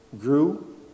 grew